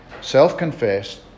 self-confessed